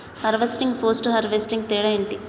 Harvesting, post harvesting తేడా ఏంటి?